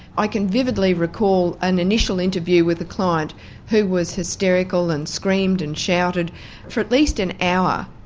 i can vividly recall an initial interview with a client who was hysterical and screamed and shouted for at least an hour,